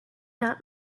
not